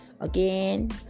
Again